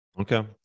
Okay